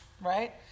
right